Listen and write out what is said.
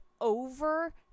over